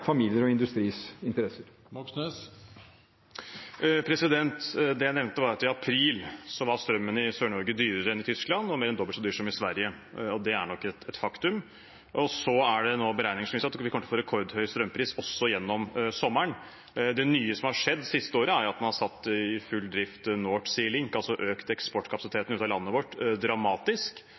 og industriens interesser. Det jeg nevnte, var at i april var strømmen i Sør-Norge dyrere enn i Tyskland og mer enn dobbelt så dyr som i Sverige. Det er nok et faktum. Det er nå kommet beregninger som viser at vi kommer til å få rekordhøy strømpris også gjennom sommeren. Det nye som har skjedd det siste året, er at man har satt North Sea Link i full drift, altså økt eksportkapasiteten vår ut av landet dramatisk